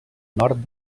nord